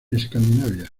escandinavia